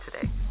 today